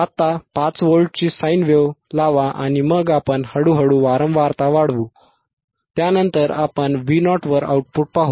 आता 5 व्होल्टची sine wave लावा आणि मग आपण हळूहळू वारंवारता वाढवू त्यानंतर आपण Vo वर आउटपुट पाहू